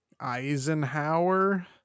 Eisenhower